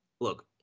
look